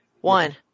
one